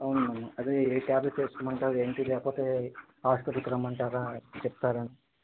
అవును మేడం అదే ఏ టాబ్లెట్ వేసుకోమంటారు ఏంటి లేకపోతే హాస్పిటల్కి రమ్మంటారా చెప్తారని